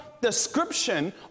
description